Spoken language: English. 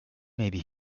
maybe